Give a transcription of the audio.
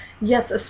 Yes